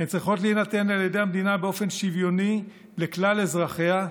הן צריכות להינתן על ידי המדינה באופן שוויוני לכלל אזרחיה.